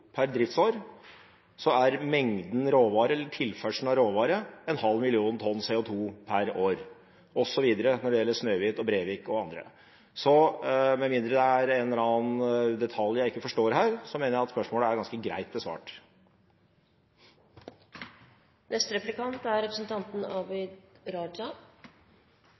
år. Dette gjelder også Snøhvit, Brevik og andre. Så med mindre det er en eller annen detalj jeg ikke forstår her, mener jeg at spørsmålet er ganske greit besvart. Jeg er veldig glad for det innlegget som representanten